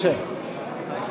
נו, רוברט, תתחבק,